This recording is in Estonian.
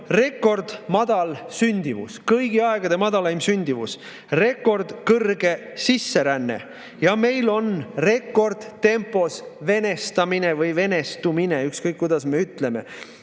rekordmadal sündimus, kõigi aegade madalaim sündimus, rekordsuur sisseränne ja meil on rekordtempos venestamine või venestumine, ükskõik kuidas me ütleme.